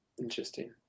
interesting